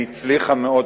והצליחה מאוד.